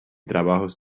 trabajos